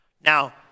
Now